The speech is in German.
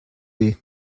weh